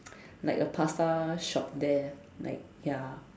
like a pasta shop there like ya